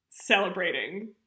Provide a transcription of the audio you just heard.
Celebrating